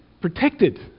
protected